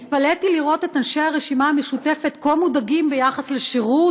התפלאתי לראות את אנשי הרשימה המשותפת כה מודאגים משירות